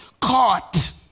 caught